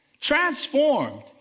transformed